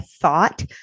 thought